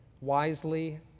wisely